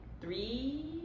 three